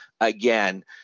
Again